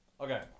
Okay